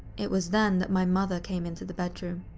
it was then that my mother came into the bedroom.